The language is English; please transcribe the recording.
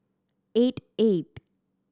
eight